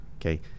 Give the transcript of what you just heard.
okay